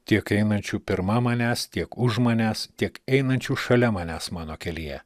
tiek einančių pirma manęs tiek už manęs tiek einančių šalia manęs mano kelyje